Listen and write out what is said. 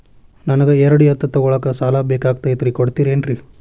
ನನಗ ಎರಡು ಎತ್ತು ತಗೋಳಾಕ್ ಸಾಲಾ ಬೇಕಾಗೈತ್ರಿ ಕೊಡ್ತಿರೇನ್ರಿ?